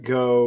go